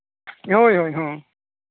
ᱦᱳᱭ ᱦᱳᱭ ᱦᱚᱸ